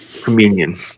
Communion